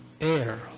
air